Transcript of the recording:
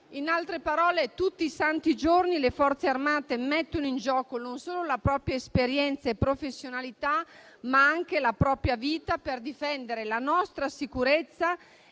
In altre parole, tutti i santi giorni le Forze armate mettono in gioco non solo la propria esperienza e professionalità, ma anche la propria vita per difendere la nostra sicurezza